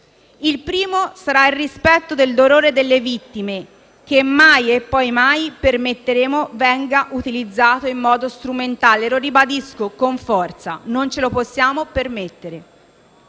Il primo sarà il rispetto per il dolore delle vittime, che mai e poi mai permetteremo venga utilizzato in modo strumentale. Lo ribadisco con forza: non ce lo possiamo permettere.